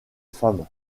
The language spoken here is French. femme